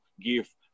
give